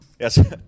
Yes